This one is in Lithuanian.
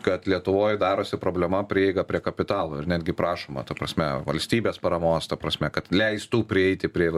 kad lietuvoj darosi problema prieiga prie kapitalo netgi prašoma ta prasme valstybės paramos ta prasme kad leistų prieiti prie